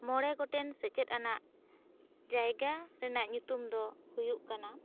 ᱢᱚᱬᱮ ᱜᱚᱴᱮᱱ ᱥᱮᱪᱮᱫ ᱟᱱᱟᱜ ᱡᱟᱭᱜᱟ ᱨᱮᱱᱟᱜ ᱧᱩᱛᱩᱢ ᱫᱚ ᱦᱩᱭᱩᱜ ᱠᱟᱱᱟ